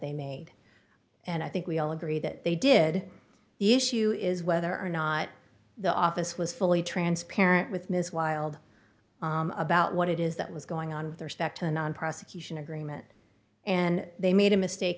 they made and i think we all agree that they did the issue is whether or not the office was fully transparent with ms wild about what it is that was going on there specter non prosecution agreement and they made a mistake